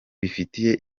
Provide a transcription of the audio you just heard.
bifitiye